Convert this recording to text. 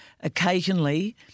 Occasionally